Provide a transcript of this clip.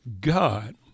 God